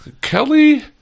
Kelly